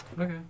Okay